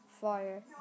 fire